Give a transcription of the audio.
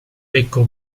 becco